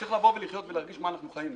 צריך לבוא ולחיות ולהרגיש איך אנחנו חיים.